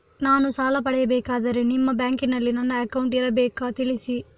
ನಾನು ಸಾಲ ಪಡೆಯಬೇಕಾದರೆ ನಿಮ್ಮ ಬ್ಯಾಂಕಿನಲ್ಲಿ ನನ್ನ ಅಕೌಂಟ್ ಇರಬೇಕಾ ತಿಳಿಸಿ?